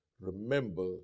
remember